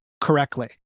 correctly